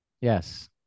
yes